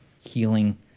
healing